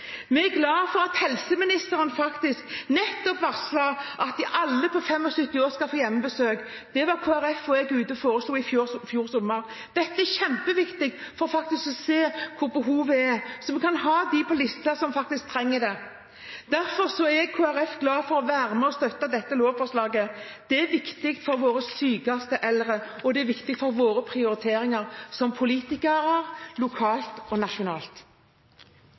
Vi er glad for at helseministeren nettopp varslet at alle på 75 år skal få hjemmebesøk. Det foreslo Kristelig Folkeparti i fjor sommer. Dette er kjempeviktig for å se hvor behovet er, sånn at vi kan ha dem som faktisk trenger det, på listen. Derfor er Kristelig Folkeparti glad for å være med og støtte dette lovforslaget. Det er viktig for våre sykeste eldre, og det er viktig for våre prioriteringer som politikere lokalt og nasjonalt.